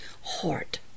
heart